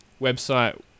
website